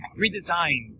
redesign